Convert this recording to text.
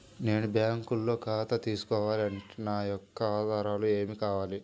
నేను బ్యాంకులో ఖాతా తీసుకోవాలి అంటే నా యొక్క ఆధారాలు ఏమి కావాలి?